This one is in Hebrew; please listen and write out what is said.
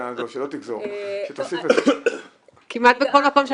שלהם להרבה תנאים מסוימים שהם נתנו לנשים חרדיות במכוון,